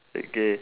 okay